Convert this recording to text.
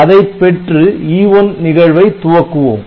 அதைப் பெற்று E1 நிகழ்வை துவக்குவோம்